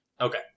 Okay